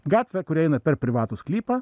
gatvė kuri eina per privatų sklypą